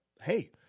Hey